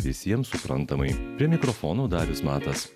visiems suprantamai prie mikrofonų darius matas